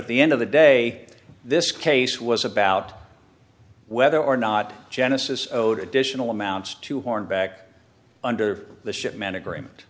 at the end of the day this case was about whether or not genesis owed additional amounts to hornback under the shipmen agreement